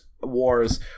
Wars